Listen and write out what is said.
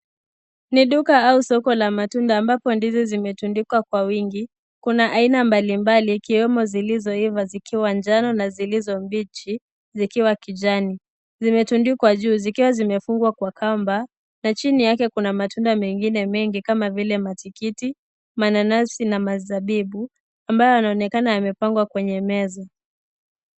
Ni duka au soko la matunda ambapo ndizi zimetundikwa kwa wingi. Kuna aina mbalimbali ikiwemo zilizoiva zikiwa njano, na zilizombichi zikiwa kijani. Zimetundikwa juu zikiwa zimefungwa kwa kamba na chini yake kuna matunda mengine mengi kama vile matikiti, mananasi na mazabibu ambayo yanaonekana yamepangwa kwenye meza.